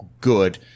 good